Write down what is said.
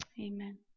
Amen